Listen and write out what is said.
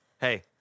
Hey